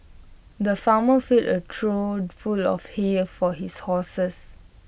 the farmer filled A trough full of hay for his horses